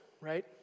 right